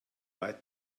weit